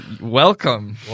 Welcome